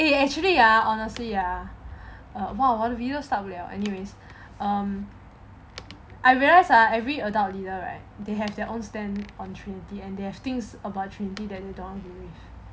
eh actually ah honestly ah !wah! 我的 video start 不 liao anyways um I realise ah every adult leader right they have their own stand on trinity and they have things opportunity than all